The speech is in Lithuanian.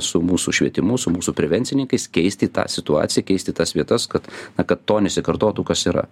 su mūsų švietimu su mūsų prevencininkais keisti tą situaciją keisti tas vietas kad na kad to nesikartotų kas yra